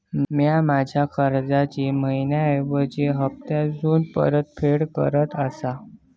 म्या माझ्या कर्जाची मैहिना ऐवजी हप्तासून परतफेड करत आसा